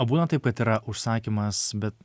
o būna taip kad yra užsakymas bet